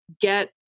get